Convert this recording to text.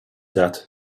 that